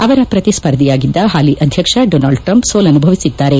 ಅವರ ಪ್ರತಿಸ್ಪರ್ಧಿಯಾಗಿದ್ದ ಹಾಲಿ ಅಧ್ಯಕ್ಷ ಡೋನಾಲ್ಡ್ ಟ್ರಂಪ್ ಸೋಲನುಭವಿಸಿದ್ದಾರೆ